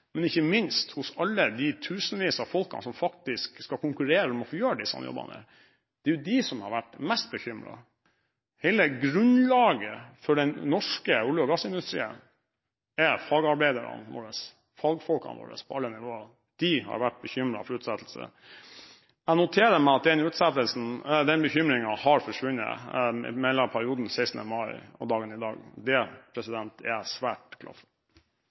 men ikke minst hos alle de tusenvis av folkene som skal konkurrere om å få gjøre disse jobbene. Det er de som har vært mest bekymret. Hele grunnlaget for den norske olje- og gassindustrien er fagarbeiderne våre, fagfolkene våre, på alle nivåer. De har vært bekymret for utsettelse. Jeg noterer meg at den bekymringen har forsvunnet i perioden mellom 16. mai og dagen i dag. Det er jeg svært glad for.